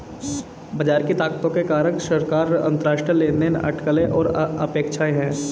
बाजार की ताकतों के कारक सरकार, अंतरराष्ट्रीय लेनदेन, अटकलें और अपेक्षाएं हैं